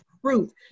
truth